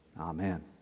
Amen